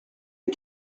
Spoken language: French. les